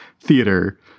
theater